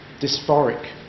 dysphoric